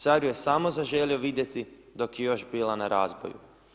Car je samo zaželio vidjeti dok je još bila na razboju.